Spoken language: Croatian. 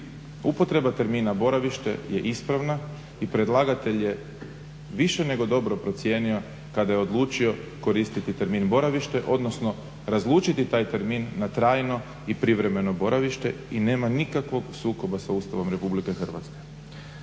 upotreba termina boravište je ispravna i predlagatelj je više nego dobro procijenio kada je odlučio koristiti termin boravište, odnosno razlučiti taj termin na trajno i privremeno boravište i nema nikakvog sukoba s Ustavom Republike Hrvatske.